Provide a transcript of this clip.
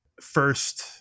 first